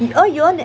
we all go next